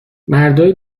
مردای